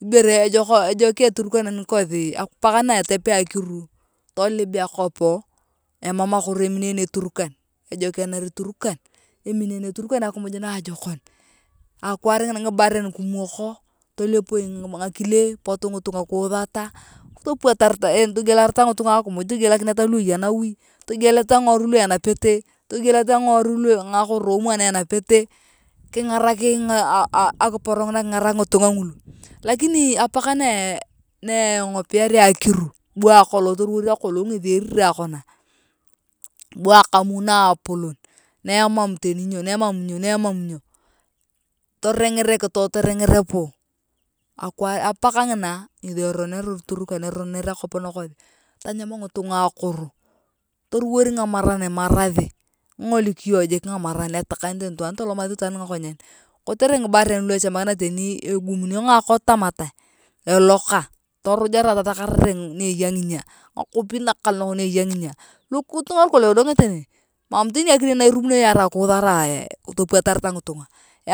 Ibere ejokea torkan nakothi arai apak nu etepia akiru tolio akop mam akoru eminene torkan ejokener torkan eminene turkan akimuj naajokon akwaar ngina ngibaren kimoko tolepoi ngukile potu ngitunga kiuthata topuatar ngitunga togiuelakineta akimuj lu eya nawi togieleta ngiworui lu enapete kiingarak kiingurak akiporo ngina ngitunga ngulu lakini apak na eng’opiarae akiru bu akolong toliwor akolong ngethi erirae kona bu akamu naapolon ne emam teni nyo ne emam nyo ne emam nyo toreng’er ekitoe toreng’er puu apat ngina ngethi eroneror turkana eroner akop nakothi tonyam ngitunga akoro toruwor nganaran imarathi kingolik iyong jik ngamarar etakanete anitwaan tolomathi itwaan ng’akonyen kotere ngibaren teni luachema kina teni egumunio ngakot tamathe eloka torujare tathakarere ni eya nginyaa ngakopin nakalonok ni eya nginya ngitunga lukolong edongete nee mam teni akini na irumunio yarae togialarae topuatareta ngitunga